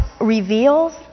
reveals